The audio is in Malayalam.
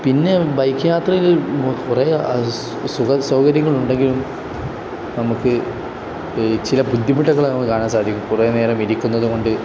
പിന്നെ ബൈക്ക് യാത്രയിൽ കുറേ സുഖ സൗകര്യങ്ങൾ ഉണ്ടെങ്കിലും നമുക്ക് ചില ബുദ്ധിമുട്ടുകൾ നമ്ക്ക് കാണാൻ സാധിക്കും കുറേ നേരം ഇരിക്കുന്നത് കൊണ്ട്